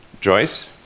Joyce